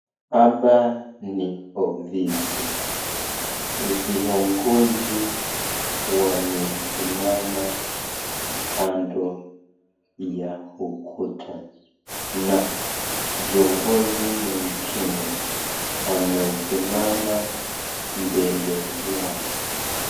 Hapa ni ofisi, viongozi wamesimama kando ya ukuta na kiongozi mwingine amesimama mbele yao.